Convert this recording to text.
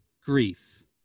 grief